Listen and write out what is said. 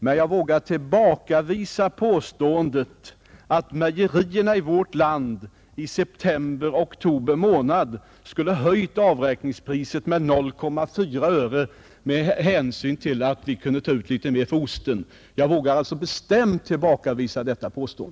— Men jag vågar bestämt tillbakavisa påståendet att mejerierna i september—oktober skulle ha höjt avräkningspriset med 0,4 öre med hänsyn till att de kunde ta ut litet mer för osten.